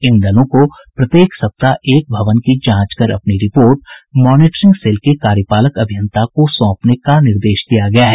इन दलों को प्रत्येक सप्ताह एक भवन की जांच कर अपनी रिपोर्ट मॉनिटरिंग सेल के कार्यपालक अभियंता को सौंपने का निर्देश दिया गया है